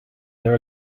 there